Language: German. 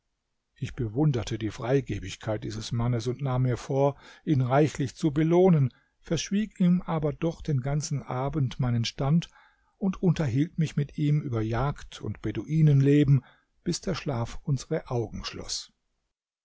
ich bewunderte die freigebigkeit dieses mannes und nahm mir vor ihn reichlich zu belohnen verschwieg ihm aber doch den ganzen abend meinen stand und unterhielt mich mit ihm über jagd und beduinenleben bis der schlaf unsere augen schloß